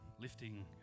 lifting